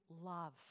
love